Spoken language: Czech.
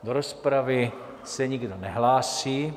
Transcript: Do rozpravy se nikdo nehlásí.